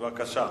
בבקשה.